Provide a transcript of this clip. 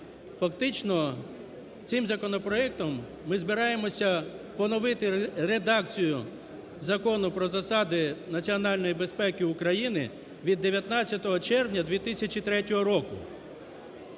Фактично, цим законопроектом ми збираємося поновити редакцію Закону "Про засади національної безпеки України" від 19 червня 2003 року.